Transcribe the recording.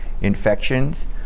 infections